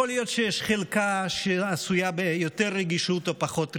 יכול להיות שיש חלקה שעשויה ביותר רגישות או פחות רגישות,